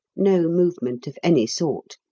no movement of any sort.